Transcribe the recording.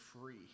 free